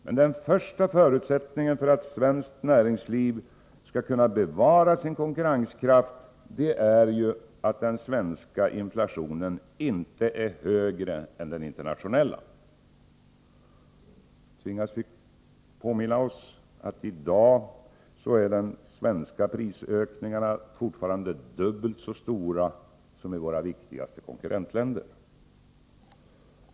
Men den första förutsättningen för att svenskt näringsliv skall kunna bevara sin konkurrenskraft är att den svenska inflationen inte är högre än den internationella. Vi tvingas påminna oss att de svenska prisökningarna i dag fortfarande är dubbelt så stora som prisökningarna i våra viktigaste konkurrentländer.